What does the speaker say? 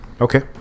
okay